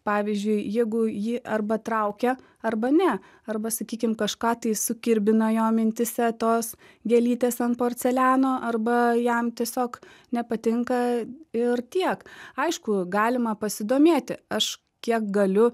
pavyzdžiui jeigu jį arba traukia arba ne arba sakykim kažką tai sukirbina jo mintyse tos gėlytės ant porceliano arba jam tiesiog nepatinka ir tiek aišku galima pasidomėti aš kiek galiu